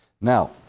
Now